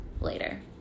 later